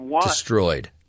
destroyed